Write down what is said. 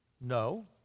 no